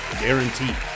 guaranteed